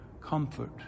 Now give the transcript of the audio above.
Comfort